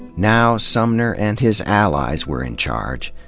now, sumner and his allies were in charge,